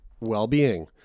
well-being